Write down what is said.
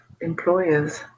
employers